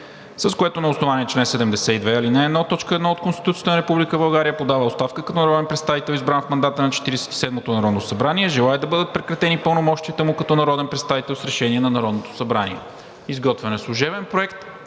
с което на основание чл. 72, ал. 1, т. 1 от Конституцията на Република България подава оставка като народен представител, избран в мандата на Четиридесет и седмото народно събрание. Желае да бъдат прекратени пълномощията му като народен представител с решение на Народното събрание. Изготвен е служебен проект,